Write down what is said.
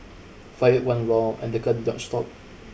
fired one round and the car did not stop